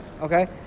okay